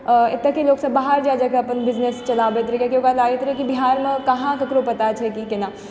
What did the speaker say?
आ एतऽ के लोक सब बाहर जाय जाय कऽ अपन बिजनेस चलाबैत रहै कियाकि ओकरा लागैत रहै कि बिहारमे कहाँ ककरो पता छै कि की केना